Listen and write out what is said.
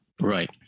Right